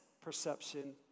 perception